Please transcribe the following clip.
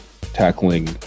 tackling